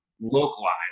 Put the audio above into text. localized